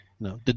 No